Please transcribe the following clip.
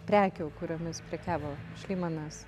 prekių kuriomis prekiavo šlymanas